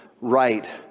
right